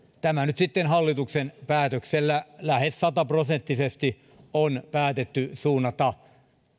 tämä nyt sitten hallituksen päätöksellä lähes sata prosenttisesti on päätetty suunnata